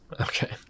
Okay